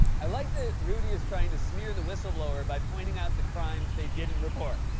i like that rudy is trying to smear the whistleblower by pointing out the crimes they didn't report.